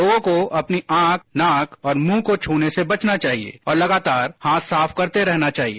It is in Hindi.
लोगों को अपनी आंख नाक और मुंह को छूने से बचना चाहिए और लगातार हाथ साफ करते रहना चाहिए